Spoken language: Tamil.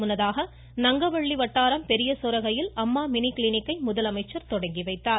முன்னதாக நங்கவள்ளி வட்டாரம் பெரியசோரகையில் அம்மா மினி கிளினிக்கை முதலமைச்சர் தொடங்கிவைத்தார்